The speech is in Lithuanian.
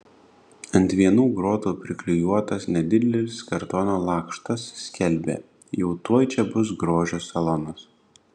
ant vienų grotų priklijuotas nedidelis kartono lakštas skelbia jau tuoj čia bus grožio salonas